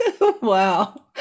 Wow